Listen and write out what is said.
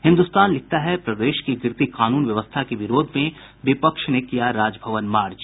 हिन्दुस्तान लिखता है प्रदेश की गिरती कानून व्यवस्था के विरोध में विपक्ष ने किया राजभवन मार्च